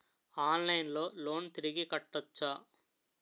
ఆన్లైన్లో లోన్ తిరిగి కట్టోచ్చా?